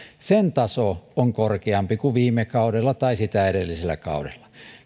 taso on korkeampi kuin viime kaudella tai sitä edellisellä kaudella